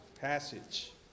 passage